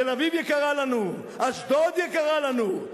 תל-אביב יקרה לנו, אשדוד יקרה לנו,